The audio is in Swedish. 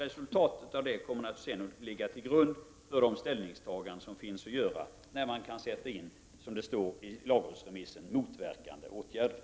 Resultatet av detta kommer att ligga till grund för de ställningstaganden som kommer att göras när det gäller att sätta in, som det står i lagrådsremissen, motverkande åtgärder.